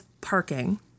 parking